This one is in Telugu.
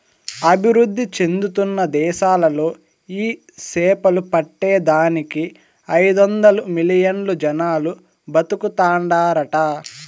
అభివృద్ధి చెందుతున్న దేశాలలో ఈ సేపలు పట్టే దానికి ఐదొందలు మిలియన్లు జనాలు బతుకుతాండారట